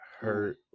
hurt